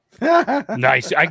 Nice